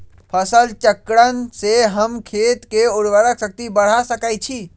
फसल चक्रण से हम खेत के उर्वरक शक्ति बढ़ा सकैछि?